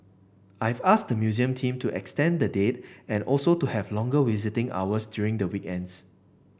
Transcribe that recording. I've asked the museum team to extend the date and also to have longer visiting hours during the weekends